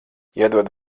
iedod